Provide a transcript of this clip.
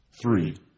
Three